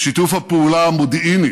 שיתוף הפעולה המודיעיני